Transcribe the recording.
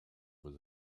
was